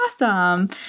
awesome